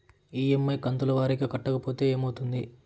EMI కంతుల వారీగా కట్టకపోతే ఏమవుతుంది?